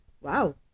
wow